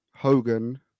Hogan